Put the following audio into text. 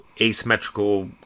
asymmetrical